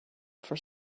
for